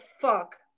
fuck